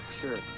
Sure